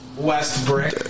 Westbrook